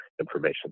information